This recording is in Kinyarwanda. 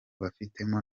bafitemo